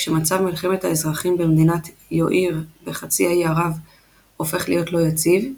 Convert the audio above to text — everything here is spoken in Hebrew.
כשמצב מלחמת האזרחים במדינת יואיר בחצי האי ערב הופך להיות לא יציב,